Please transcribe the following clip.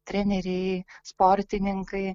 treneriai sportininkai